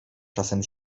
czasem